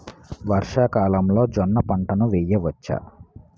వర్షాకాలంలో జోన్న పంటను వేయవచ్చా?